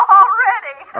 already